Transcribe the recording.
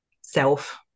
self